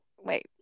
wait